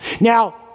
Now